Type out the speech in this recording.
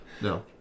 No